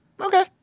Okay